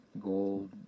Gold